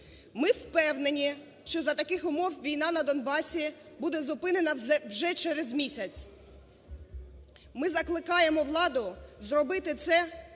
Ми впевнені, що за таких умов війна на Донбасі буде зупинена вже через місяць. Ми закликаємо владу зробити це